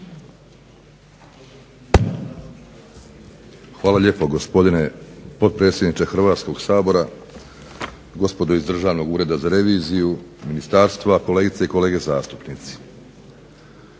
Hvala lijepo gospodine potpredsjedniče Hrvatskog sabora. Gospodo iz Državnog ureda za reviziju, ministarstva, kolegice i kolege zastupnici.